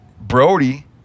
Brody